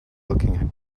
looking